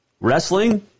wrestling